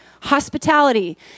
hospitality